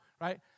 Right